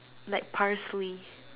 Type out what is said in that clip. like parsley